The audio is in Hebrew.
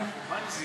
אנחנו מנזילים,